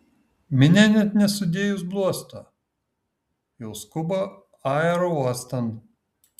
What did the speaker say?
minia net nesudėjus bluosto jau skuba aerouostan